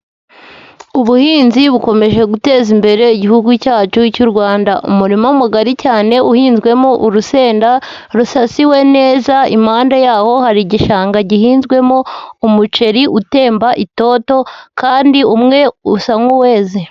Ubuhinzi bukomeje guteza imbere igihugu cyacu cy'u Rwanda. Umuma mugari cyane uhinzwemo urusenda rusasiwe neza, impande yawo hari igishanga gihinzwemo umuceri utemba itoto kandi umwe usa nk'uweze.